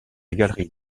galerie